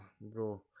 bro